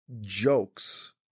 jokes